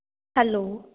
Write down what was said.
hello